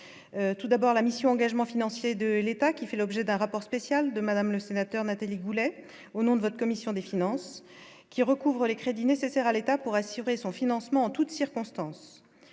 tout d'abord la mission engagement financier de l'État qui fait l'objet d'un rapport spécial de madame le sénateur Nathalie Goulet, au nom de votre commission des finances, qui recouvre les crédits nécessaires à l'État pour assurer son financement en toutes circonstances